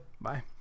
bye